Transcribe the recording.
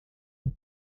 dit